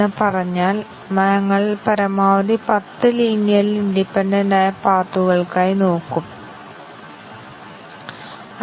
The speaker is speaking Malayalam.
ഇപ്പോൾ മൂന്നാമത്തെ ആവശ്യകത ഞങ്ങൾ ബേസിക് കണ്ടിഷൻ സജ്ജമാക്കുമ്പോൾ ടെസ്റ്റ് കേസ് ബേസിക് വ്യവസ്ഥകളെ ശരി തെറ്റായ മൂല്യത്തിലേക്ക് സജ്ജമാക്കുന്നു